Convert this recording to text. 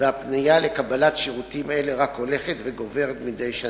הוא הנמוך ביותר זה תשע